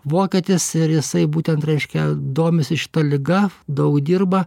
vokietis ir jisai būtent reiškia domisi šita liga daug dirba